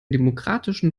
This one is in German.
demokratischen